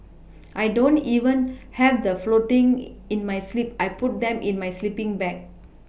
I don't even have the floating in my sleep I put them in my sleePing bag